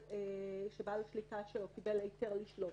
שבעל שליטה שלו קיבל היתר לשלוט,